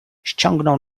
ściągnął